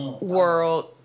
world